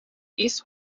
east